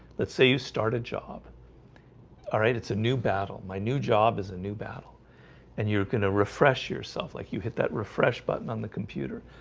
let's say you start a job alright, it's a new battle my new job is a new battle and you're gonna refresh yourself like you hit that refresh button on the computer.